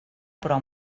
però